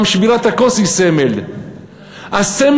גם שבירת הכוס היא סמל.